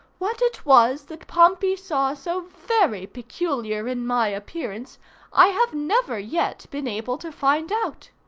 what it was that pompey saw so very peculiar in my appearance i have never yet been able to find out.